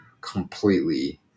completely